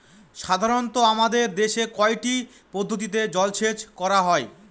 সাধারনত আমাদের দেশে কয়টি পদ্ধতিতে জলসেচ করা হয়?